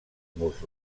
murs